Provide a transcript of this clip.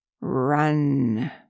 Run